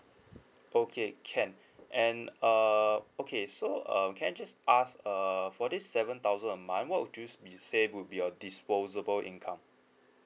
okay can and err okay so uh can I just ask err for this seven thousand a month what would you be say would be a disposable income